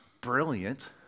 brilliant